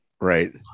right